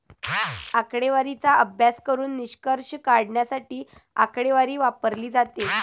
आकडेवारीचा अभ्यास करून निष्कर्ष काढण्यासाठी आकडेवारी वापरली जाते